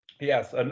Yes